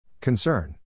Concern